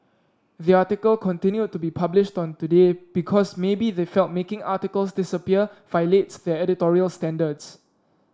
the article continued to be published on Today because maybe they felt making articles disappear violates their editorial standards